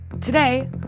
Today